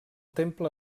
temple